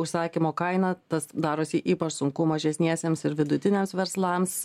užsakymo kaina tas darosi ypač sunku mažesniesiems ir vidutiniams verslams